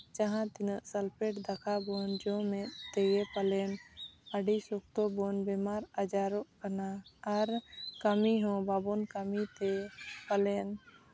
ᱡᱟᱦᱟᱸ ᱛᱤᱱᱟᱹᱜ ᱥᱟᱞᱯᱷᱮᱴ ᱫᱟᱠᱟ ᱵᱚᱱ ᱡᱚᱢᱮᱫ ᱛᱮᱜᱮ ᱯᱟᱞᱮᱱ ᱟᱹᱰᱤ ᱥᱚᱠᱛᱚ ᱵᱚᱱ ᱵᱤᱢᱟᱨ ᱟᱡᱟᱨᱚᱜ ᱠᱟᱱᱟ ᱟᱨ ᱠᱟᱹᱢᱤ ᱦᱚᱸ ᱵᱟᱵᱚᱱ ᱠᱟᱹᱢᱤᱛᱮ ᱯᱟᱞᱮᱱ